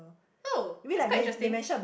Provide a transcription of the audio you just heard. oh that's quite interesting